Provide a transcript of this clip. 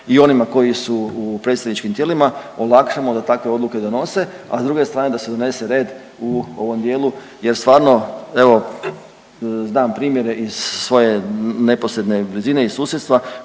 i onima koji su u predstavničkim tijelima olakšamo da takve odluke donose, a s druge strane da se donese red u ovom dijelu jer stvarno evo znam primjere iz svoje neposredne blizine, iz susjedstva